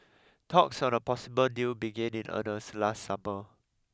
talks on a possible deal began in earnest last summer